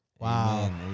Wow